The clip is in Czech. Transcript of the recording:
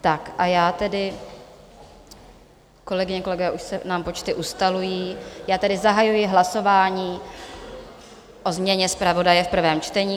Tak a já tedy, kolegyně, kolegové už se nám počty ustalují já tedy zahajuji hlasování o změně zpravodaje v prvém čtení.